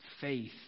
faith